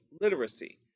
literacy